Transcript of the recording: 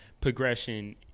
progression